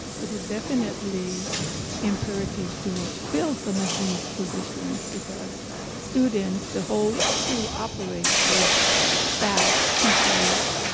it is definitely imperative to fill some of these positions because students, the whole school operate with staff, teachers,